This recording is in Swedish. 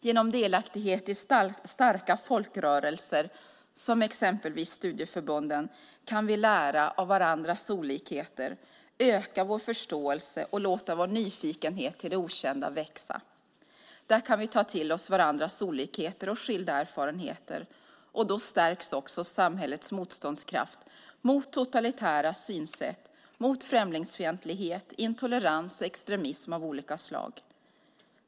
Genom delaktighet i starka folkrörelser som exempelvis studieförbunden kan vi lära av varandras olikheter, öka vår förståelse och låta vår nyfikenhet på det okända växa. Där kan vi ta till oss varandras olikheter och skilda erfarenheter, då stärks också samhällets motståndskraft mot totalitära synsätt, främlingsfientlighet, intolerans och extremism av olika slag.